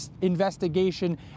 investigation